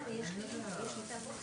אם השר שעומד בראש,